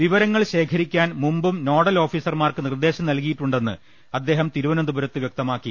വിവരങ്ങൾ ശേഖരിക്കാൻ മുമ്പും നോഡൽ ഓഫീസർമാർക്ക് നിർദേശം നൽകി യിട്ടുണ്ടെന്ന് അദ്ദേഹം തിരുവനന്തപുരത്ത് വൃക്തമാക്കി